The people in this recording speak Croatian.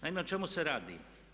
Naime, o čemu se radi?